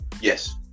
Yes